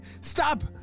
stop